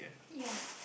ya